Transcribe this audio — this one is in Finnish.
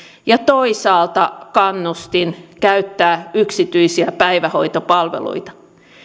ja toisaalta kannustin käyttää yksityisiä päivähoitopalveluita